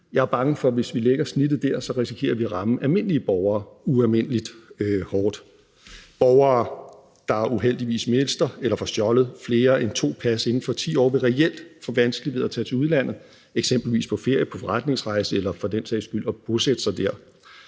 Jeg er bange for, at hvis vi lægger snittet dér, så risikerer vi at ramme almindelige borgere ualmindelig hårdt. Borgere, der uheldigvis mister eller får stjålet flere end to pas inden for 10 år, vil reelt få vanskeligt ved at tage til udlandet, eksempelvis på ferie, på forretningsrejse eller for den sags skyld for at bosætte sig dér.